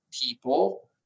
people